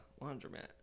laundromat